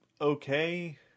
okay